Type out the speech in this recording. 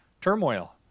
turmoil